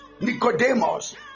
Nicodemus